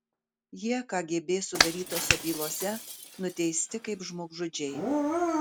jie kgb sudarytose bylose nuteisti kaip žmogžudžiai